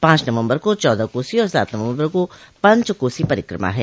पांच नवम्बर को चौदह कोसी और सात नवम्बर को पंच कोसी परिक्रमा है